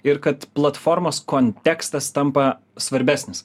ir kad platformos kontekstas tampa svarbesnis